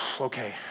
okay